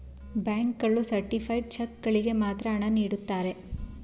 bank ಗಳು certified cheque ಗಳಿಗೆ ಮಾತ್ರ ಹಣ ನೀಡುತ್ತಾರೆ